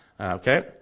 okay